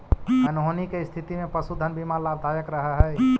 अनहोनी के स्थिति में पशुधन बीमा लाभदायक रह हई